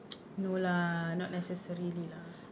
no lah not necessarily lah